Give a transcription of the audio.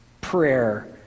prayer